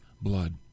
blood